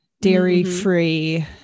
dairy-free